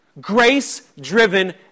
Grace-driven